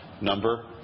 number